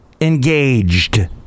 engaged